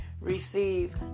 receive